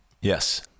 Yes